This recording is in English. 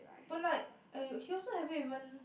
but like eh he also haven't even